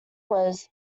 was